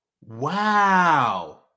Wow